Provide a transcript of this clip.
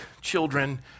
children